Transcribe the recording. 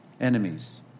Enemies